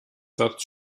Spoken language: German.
satz